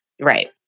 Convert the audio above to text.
Right